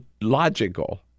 logical